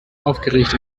aufgeregt